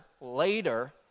later